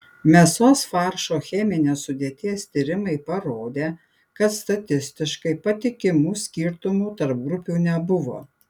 mėsos faršo cheminės sudėties tyrimai parodė kad statistiškai patikimų skirtumų tarp grupių nebuvo